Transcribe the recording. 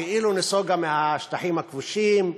כאילו נסוגה מהשטחים הכבושים,